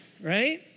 right